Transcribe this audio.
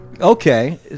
Okay